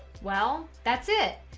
well, that's it.